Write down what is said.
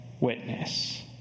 witness